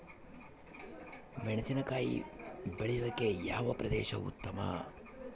ಮೆಣಸಿನಕಾಯಿ ಬೆಳೆಯೊಕೆ ಯಾವ ಪ್ರದೇಶ ಉತ್ತಮ?